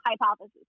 hypothesis